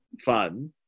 fun